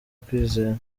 kwizera